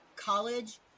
college